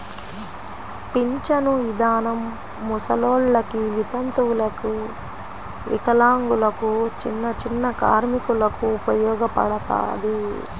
పింఛను ఇదానం ముసలోల్లకి, వితంతువులకు, వికలాంగులకు, చిన్నచిన్న కార్మికులకు ఉపయోగపడతది